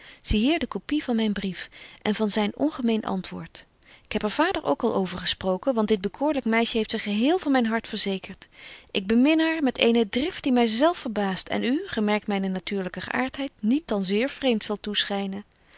zie hier de copy van myn brief en van zyn ongemeen antwoord ik heb er vader ook al over gesproken want dit bekoorlyk meisje heeft zich geheel van myn hart verzekert ik bemin haar met eene drift die my zelf verbaast en u gemerkt myne natuurlyke geaartheid niet dan zeer vreemt zal toeschynen